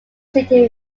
city